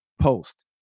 Post